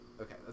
Okay